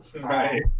Right